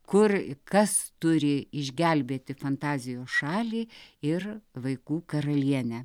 kur kas turi išgelbėti fantazijos šalį ir vaikų karalienę